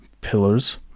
pillars